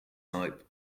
type